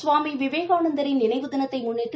சுவாமி விவேகானந்தரின் நினைவு தினத்தை முன்னிட்டு